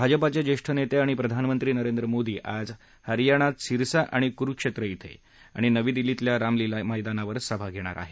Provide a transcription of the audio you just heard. भाजपाचे ज्येष्ठ नेते आणि प्रधानमंत्री नरेंद्र मोदी यांच्या आज हरयाणात सिस्सा आणि कुरुक्षेत्र इथे आणि नवी दिल्लीतल्या रामलीला मैदानावर सभा होणार आहेत